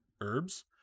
Herbs